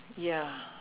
ya